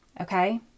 Okay